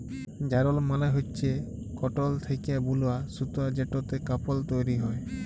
যারল মালে হচ্যে কটল থ্যাকে বুলা সুতা যেটতে কাপল তৈরি হ্যয়